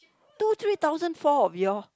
two three thousand four of you all